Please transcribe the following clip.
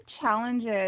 challenges